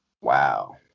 Wow